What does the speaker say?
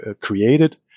created